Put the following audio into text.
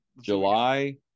July